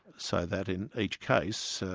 so that in each case, so